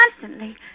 constantly